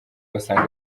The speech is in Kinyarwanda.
basanga